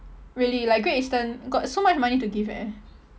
really like great eastern got so much money to give eh